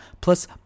Plus